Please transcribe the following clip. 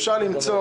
אפשר למצוא,